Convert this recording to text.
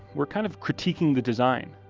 we're kind of critiquing the design.